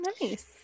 nice